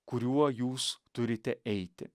kuriuo jūs turite eiti